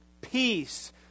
peace